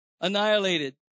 annihilated